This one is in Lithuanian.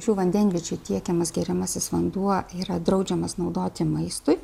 šių vandenviečių tiekiamas geriamasis vanduo yra draudžiamas naudoti maistui